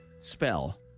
Spell